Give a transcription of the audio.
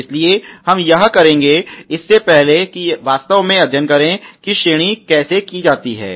इसलिए हम यह करेंगे इससे पहले कि वास्तव में अध्ययन करें कि श्रेणी कैसे की जाती है